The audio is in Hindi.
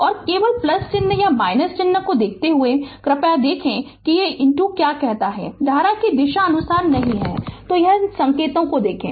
और केवल चिन्ह या चिन्ह को देखते हुए कृपया देखें क्या कहती है धारा की दिशा अनुसार नहीं तो संकेत को देखे